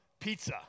pizza